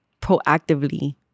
proactively